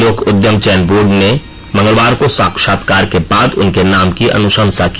लोक उद्यम चयन बोर्ड ने मंगलवार को साक्षात्कार के बाद उनके नाम की अनुशंसा की